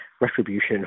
retribution